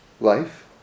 life